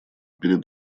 пред